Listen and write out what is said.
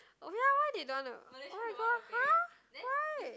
oh ya why they don't wanna oh-my-god !huh! why